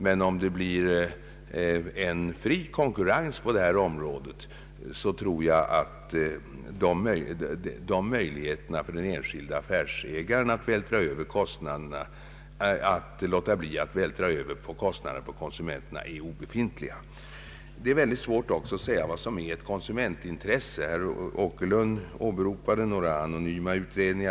Men om det blir en fri konkurrens på det här området, så tror jag att möjligheterna för den enskilde affärsidkaren att låta bli att vältra över kostnaderna är obefintliga. Det är svårt att säga vad som är ett konsumentintresse. Herr Åkerlund åberopade några anonyma utredningar.